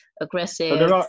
aggressive